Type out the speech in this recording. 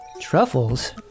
Truffles